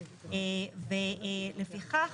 ולפיכך,